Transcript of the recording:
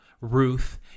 Ruth